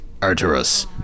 Arterus